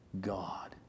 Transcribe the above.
God